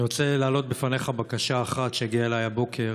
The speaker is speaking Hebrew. אני רוצה להעלות בפניך בקשה אחת שהגיעה אליי הבוקר